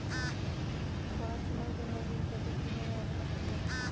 পড়াশুনা জন্য ঋণ পেতে কিভাবে আবেদন করব?